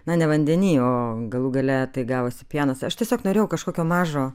na ne vandeny o galų gale tai gavosi pienas aš tiesiog norėjau kažkokio mažo